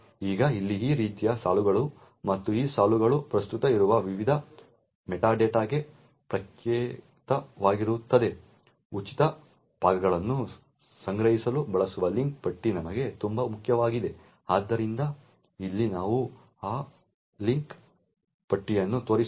ಈಗ ಇಲ್ಲಿ ಈ ರೀತಿಯ ಸಾಲುಗಳು ಮತ್ತು ಈ ಸಾಲುಗಳು ಪ್ರಸ್ತುತ ಇರುವ ವಿವಿಧ ಮೆಟಾ ಡೇಟಾಗೆ ಪ್ರತ್ಯೇಕವಾಗಿರುತ್ತವೆ ಉಚಿತ ಭಾಗಗಳನ್ನು ಸಂಗ್ರಹಿಸಲು ಬಳಸುವ ಲಿಂಕ್ ಪಟ್ಟಿ ನಮಗೆ ತುಂಬಾ ಮುಖ್ಯವಾಗಿದೆ ಆದ್ದರಿಂದ ಇಲ್ಲಿ ನಾವು aw ಲಿಂಕ್ ಪಟ್ಟಿಯನ್ನು ತೋರಿಸಿದ್ದೇವೆ